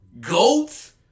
Goats